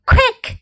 Quick